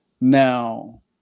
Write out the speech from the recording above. Now